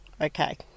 Okay